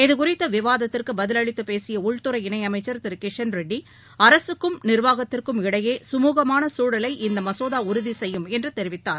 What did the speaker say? இது குறித்தவிவாத்திற்குபதிலளித்தபேசியஉள்துறை இணையமைச்சர் திருகிஷன் ரெட்டி அரசுக்கும் நிர்வாகத்திற்கும் இடையேசுமுகமானசூழலை இந்தமசோதாஉறுதிசெய்யும் என்றுதெரிவித்தார்